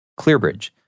ClearBridge